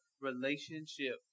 relationship